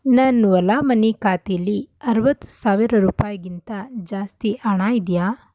ನನ್ನ ಓಲಾ ಮನಿ ಖಾತೆಲಿ ಆರವತ್ತು ಸಾವಿರ ರೂಪಾಯಿಗಿಂತ ಜಾಸ್ತಿ ಹಣ ಇದೆಯಾ